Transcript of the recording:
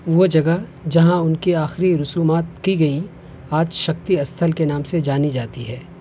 وہ جگہ جہاں ان کی آخری رسومات کی گئیں آج شکتی استھل کے نام سے جانی جاتی ہے